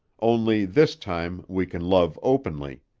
only, this time we can love openly.